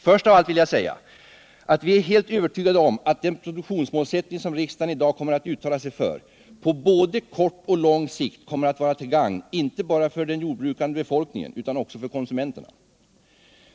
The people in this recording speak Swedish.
Jag vill då säga, att vi är helt övertygade om att den produktionsmålsättning riksdagen i dag kommer att uttala sig för på både kort och lång sikt kommer att vara till gagn inte bara för den jordbrukande befolkningen utan också för konsumenterna.